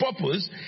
Purpose